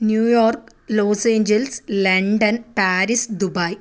New York Los Angeles London Paris Dubai